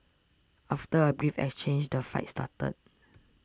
after a brief exchange the fight started